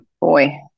boy